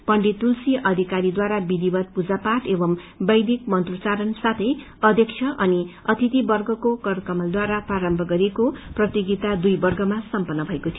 पण्डित तुलसी अधिकारीद्वारा विधिवत पूजापाठ एवं वैदिक मन्त्रोच्चारण साथै अध्यक्ष अनि अतिथिवर्गको करकमलद्वारा प्रारम्भ गरिएको प्रतियोगिता दुइ वर्गमा सम्पन्न भएको थियो